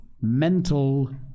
mental